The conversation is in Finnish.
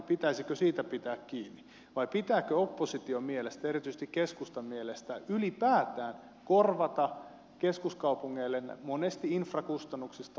pitäisikö siitä pitää kiinni vai pitääkö opposition mielestä erityisesti keskustan mielestä ylipäätään korvata keskuskaupungeille monesti infrasta aiheutuvia kustannuksia